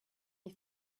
you